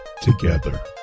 together